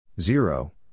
Zero